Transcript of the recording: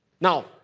Now